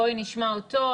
נשמע אותו.